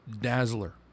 Dazzler